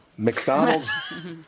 McDonald's